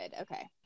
Okay